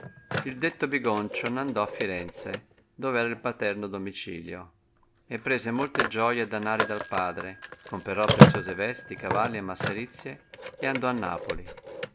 il detto bigoncio n andò a firenze dove era il paterno domicilio e prese molte gioie e danari dal padre comperò preziose vesti cavalli e masserizie e andò a napoli